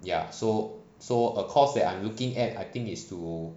ya so so a cause that I'm looking at I think is to